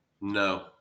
No